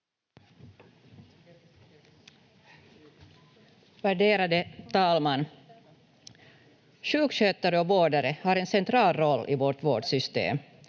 Värderade talman! Sjukskötare och vårdare har en central roll i vårt vårdsystem.